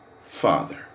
Father